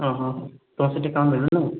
ଅ ହ ତ ସେଠି କ'ଣ ମିଳୁନି